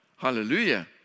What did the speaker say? Hallelujah